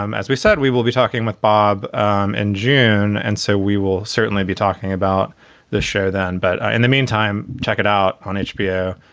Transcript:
um as we said, we will be talking with bob um and june. and so we will certainly be talking about the show then. but in the meantime, check it out on hbo.